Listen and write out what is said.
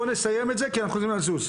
בוא נסיים את זה, כי אנחנו חייבים לזוז.